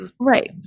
Right